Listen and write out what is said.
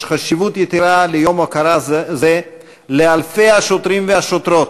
יש חשיבות יתרה ליום הוקרה זה לאלפי השוטרים והשוטרות,